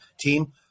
team